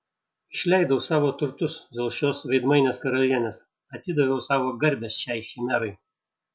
išleidau savo turtus dėl šios veidmainės karalienės atidaviau savo garbę šiai chimerai